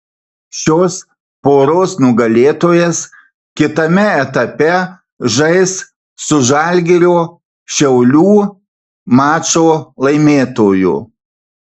šios poros nugalėtojas kitame etape žais su žalgirio šiaulių mačo laimėtoju